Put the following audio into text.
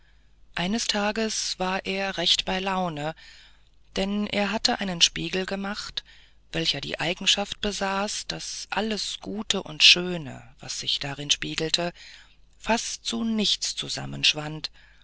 eines tages war er recht bei laune denn er hatte einen spiegel gemacht welcher die eigenschaft besaß daß alles gute und schöne was sich darin spiegelte fast zu nichts